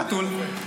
חתול.